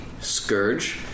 scourge